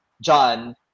John